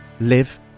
live